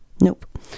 Nope